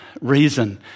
reason